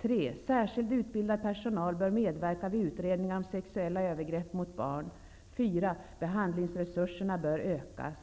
3.Särskild utbildad personal bör medverka vid utredningar om sexuella övergrepp mot barn. 4.Behandlingsresurserna bör ökas.